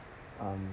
um